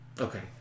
Okay